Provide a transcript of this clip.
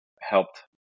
helped